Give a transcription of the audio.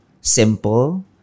simple